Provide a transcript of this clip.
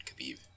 Khabib